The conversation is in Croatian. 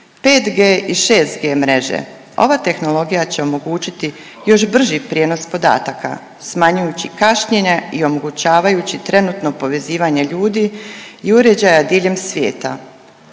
5G i 6G mreže ova tehnologija će omogućiti još brži prijenos podataka smanjujući kašnjenja i omogućavajući trenutno povezivanje ljudi i uređaja diljem svijeta.